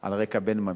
על רקע בן ממשיך.